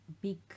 big